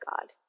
God